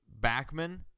Backman